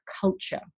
culture